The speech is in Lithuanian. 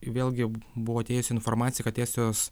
vėl gi buvo atėjusi informacija kad estijos